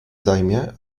zajmie